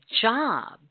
job